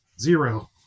zero